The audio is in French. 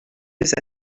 des